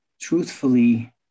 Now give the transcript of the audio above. truthfully